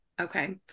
Okay